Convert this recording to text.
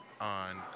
on